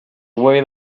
away